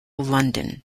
london